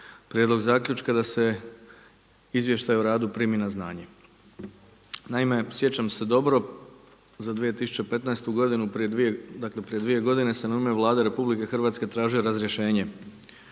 prijedlog zaključka da se Izvještaj o radu primi na znanje. Naime, sjećam se dobro za 2015. godinu prije dakle prije dvije godine se u ime Vlade Republike Hrvatske tražio razrješenje